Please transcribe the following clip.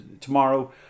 tomorrow